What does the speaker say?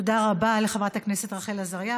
תודה רבה לחברת הכנסת רחל עזריה.